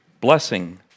Blessing